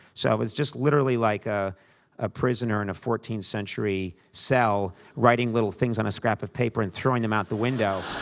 so it was just, literally, like ah a prisoner in a fourteenth century cell writing little things on a scrap of paper and throwing them out the window